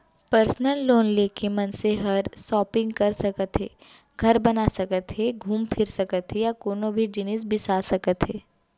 personal loan ले के मनसे हर सॉपिंग कर सकत हे, घर बना सकत हे घूम फिर सकत हे या कोनों भी जिनिस बिसा सकत हे